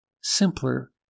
simpler